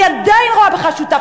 אני עדיין רואה בך שותף,